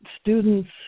students